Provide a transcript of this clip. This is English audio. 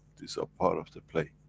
these are part of the play.